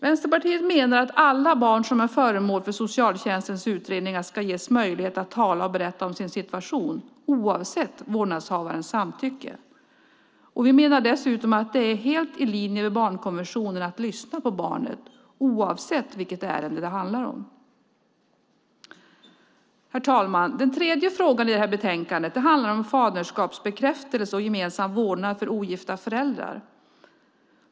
Vänsterpartiet menar att alla barn som är föremål för socialtjänstens utredningar ska ges möjlighet att tala och berätta om sin situation, oavsett vårdnadshavarens samtycke. Vi menar dessutom att det är helt i linje med barnkonventionen att lyssna på barnet oavsett vilket ärende det handlar om. Herr talman! Den tredje frågan i betänkandet handlar om faderskapsbekräftelse och gemensam vårdnad för ogifta föräldrar.